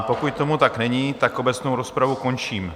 Pokud tomu tak není, obecnou rozpravu končím.